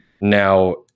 Now